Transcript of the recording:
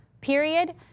period